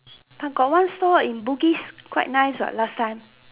got one stall in Bugis quite nice what last time